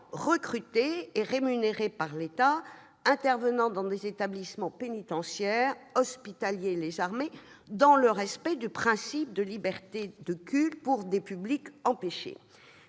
rémunérés et recrutés par l'État -intervenant dans les établissements pénitentiaires, les centres hospitaliers et les armées, dans le respect du principe de liberté de culte pour des publics empêchés.